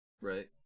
Right